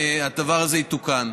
הדבר הזה יתוקן.